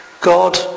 God